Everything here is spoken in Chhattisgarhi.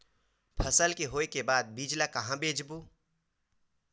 फसल के होय के बाद बीज ला कहां बेचबो?